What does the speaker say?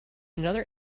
another